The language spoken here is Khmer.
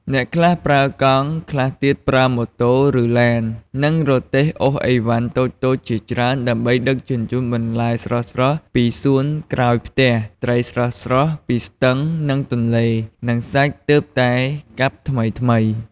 អ្នកខ្លះប្រើកង់ ខ្លះទៀតប្រើម៉ូតូ ឬឡាន និងរទេះអូសឥវ៉ាន់តូចៗជាច្រើន ដើម្បីដឹកជញ្ជូនបន្លែស្រស់ៗពីសួនក្រោយផ្ទះ ត្រីស្រស់ៗពីស្ទឹង និងទន្លេ និងសាច់ទើបតែកាប់ថ្មីៗ។